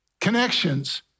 Connections